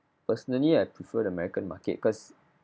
personally I prefer the american market because